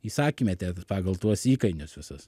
įsakyme tiek pagal tuos įkainius visus